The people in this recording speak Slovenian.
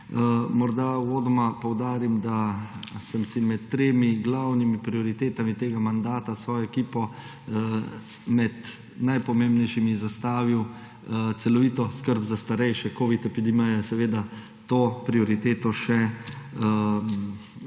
Morda uvodoma poudarim, da sem si med tremi glavnimi prioritetami tega mandata s svojo ekipo kot najpomembnejšo zastavil celovito skrb za starejše. Epidemija covida-19 je seveda to prioriteto še